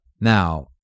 Now